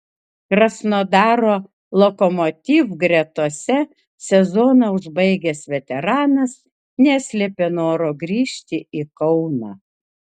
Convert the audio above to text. krasnodaro lokomotiv gretose sezoną užbaigęs veteranas neslėpė noro grįžti į kauną